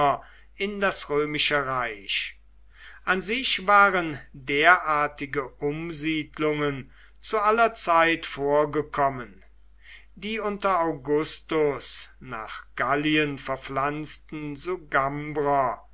in das römische reich an sich waren derartige umsiedlungen zu aller zeit vorgekommen die unter augustus nach gallien verpflanzten sugambrer